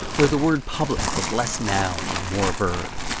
where the word public was less noun and more verb.